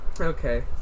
Okay